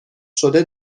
شده